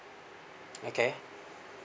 okay